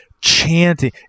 chanting